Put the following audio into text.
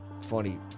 Funny